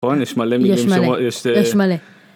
בוא'נה יש מלא מיגים שם. יש מלא, יש מלא.